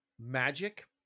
Magic